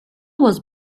was